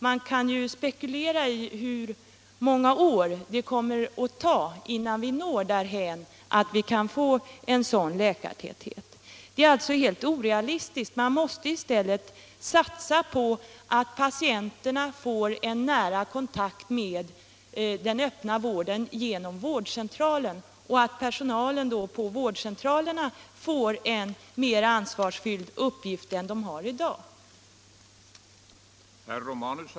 Man kan spekulera i hur många år det kommer att ta innan vi når därhän att vi kan få en sådan läkartäthet. Det är alltså helt orealistiskt. Vi måste i stället satsa på att patienterna får en närmare kontakt med den öppna vården genom vårdcentralerna och att personalen på dessa vårdcentraler får en mer ansvarsfylld uppgift än den har i dag.